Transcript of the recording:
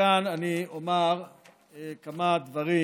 ומכאן אני אומר כמה דברים